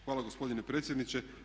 Hvala gospodine predsjedniče.